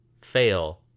fail